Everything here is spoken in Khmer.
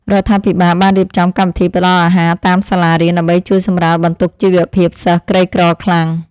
រដ្ឋាភិបាលបានរៀបចំកម្មវិធីផ្តល់អាហារតាមសាលារៀនដើម្បីជួយសម្រាលបន្ទុកជីវភាពសិស្សក្រីក្រខ្លាំង។